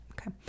Okay